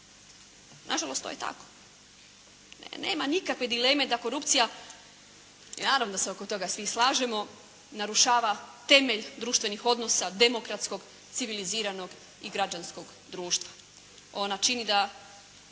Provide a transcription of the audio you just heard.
Nažalost, to je tako. Nema nikakve dileme da korupcija, i naravno se oko toga svi slažemo narušava temelj društvenih odnosa, demokratskog civiliziranog i građanskog društva. Ona čini da